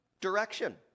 direction